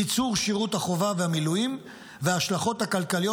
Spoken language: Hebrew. קיצור שירות החובה והמילואים וההשלכות הכלכליות